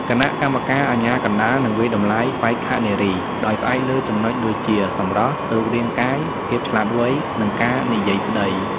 គណៈកម្មការអាជ្ញាកណ្តាលនឹងវាយតម្លៃបេក្ខនារីដោយផ្អែកលើចំណុចដូចជា សម្រស់ រូបរាងកាយ ភាពឆ្លាតវៃ និងការនិយាយស្តី។